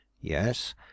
yes